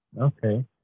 okay